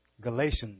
Galatians